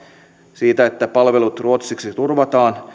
siitä että palvelut ruotsiksi turvataan